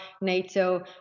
NATO